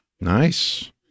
nice